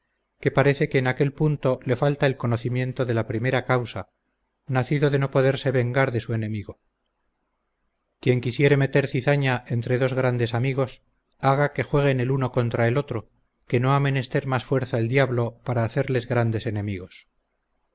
que parece que en aquel punto le falta el conocimiento de la primera causa nacido de no poderse vengar de su enemigo quien quisiere meter cizaña entre dos grandes amigos haga que jueguen el uno contra el otro que no ha menester más fuerza el diablo para hacerles grandes enemigos